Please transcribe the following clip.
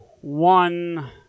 one